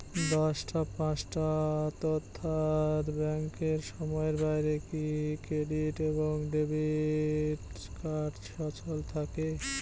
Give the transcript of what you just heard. দশটা পাঁচটা অর্থ্যাত ব্যাংকের সময়ের বাইরে কি ক্রেডিট এবং ডেবিট কার্ড সচল থাকে?